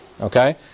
Okay